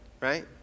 right